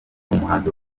umuhanzi